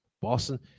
Boston